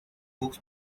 books